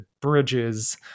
bridges